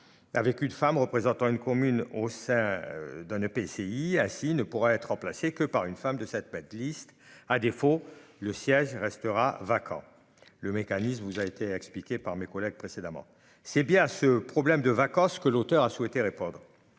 Avec une femme représentant une commune au sein d'un EPCI assis ne pourra être remplacé que par une femme de cette pas liste à défaut le siège restera vacant le mécanisme vous a été expliqué par mes collègues précédemment. C'est bien ce problème de vacances que l'auteur a souhaité répondre.